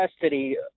custody